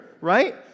right